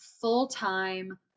full-time